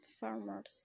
farmers